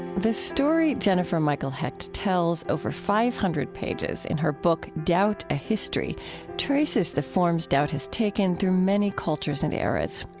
the story jennifer michael hecht tells over five hundred pages in her book doubt a history traces the forms doubt has taken through many cultures and eras.